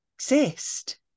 Exist